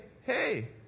Hey